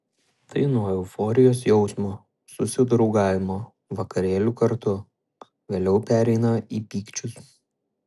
tai nuo euforijos jausmo susidraugavimo vakarėlių kartu vėliau pereina į pykčius